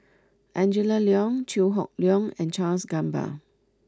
Angela Liong Chew Hock Leong and Charles Gamba